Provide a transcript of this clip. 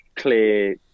clear